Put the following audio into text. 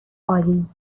عالی